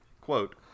quote